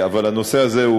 אבל הנושא הזה,